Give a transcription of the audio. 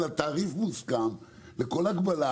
תעריף מוסכם לכל הגבלה,